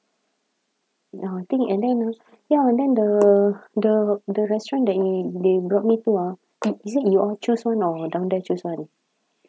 ya I think and then ah ya then the the the restaurant that you they brought me to ah is it you all choose [one] or down there choose [one]